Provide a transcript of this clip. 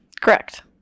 Correct